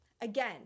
Again